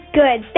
good